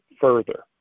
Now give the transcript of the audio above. further